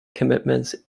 commitments